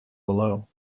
below